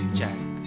jack